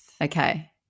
Okay